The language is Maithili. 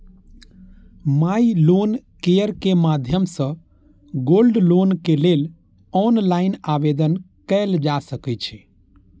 माइ लोन केयर के माध्यम सं गोल्ड लोन के लेल ऑनलाइन आवेदन कैल जा सकै छै